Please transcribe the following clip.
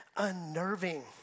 unnerving